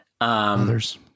Others